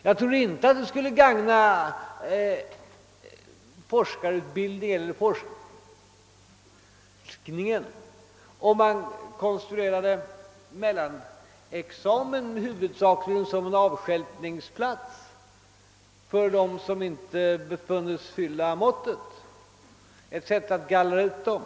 Jag tror inte att det skulle gagna vare sig forskarutbildningen eller forskningen, om man konstruerade en mellanexamen huvudsakligen som en avstjälpningsplats för dem som inte befunnits fylla måttet, alltså som ett medel att gallra ut dem.